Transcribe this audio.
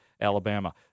Alabama